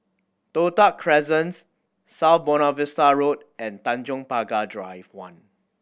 Toh Tuck Crescents South Buona Vista Road and Tanjong Pagar Drive One